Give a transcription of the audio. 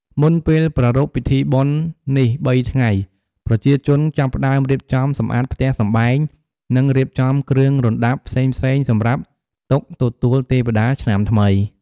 មុនពេលប្រារព្ធពិធីបុណ្យនេះ៣ថ្ងៃ ប្រជាជនចាប់ផ្ដើមរៀបចំសម្អាតផ្ទះសំបែងនិងរៀបចំគ្រឿងរណ្ដាប់ផ្សេងៗសម្រាបទុកទទួលទេវតាឆ្នាំថ្មី ។